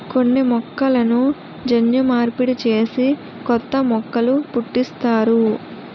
కొన్ని మొక్కలను జన్యు మార్పిడి చేసి కొత్త మొక్కలు పుట్టిస్తారు